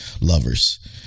Lovers